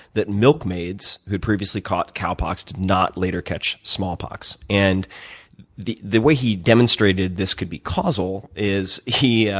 that milkmaids who had previously caught cowpox did not later catch smallpox. and the the way he demonstrated this could be causal is he,